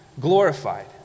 glorified